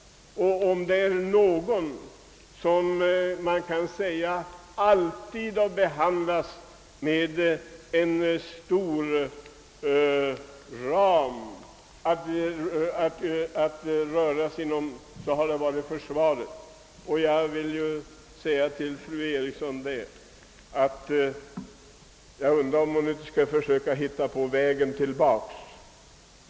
Om någon av dessa kan sägas alltid ha försetts med en vid ram att röra sig inom är det emellertid försvaret. Jag undrar därför om inte fru Eriksson skall försöka hitta vägen tillbaka.